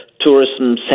tourism